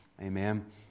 Amen